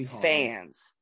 fans